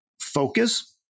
focus